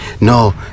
no